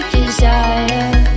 desire